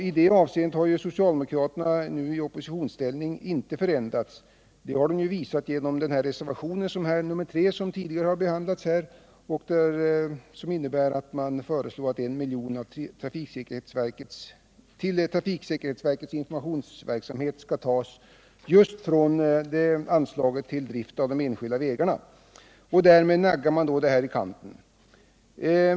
I det avseendet har socialdemokraterna inte förändrats sedan de kommit i oppositionsställning, vilket de visat i den tidigare behandlade reservationen 3, där det föreslås att 1 milj.kr. till trafiksäkerhetsverkets informationsverksamhet skall tas just från anslaget till drift av de enskilda vägarna, vilket anslag därmed naggas i kanten.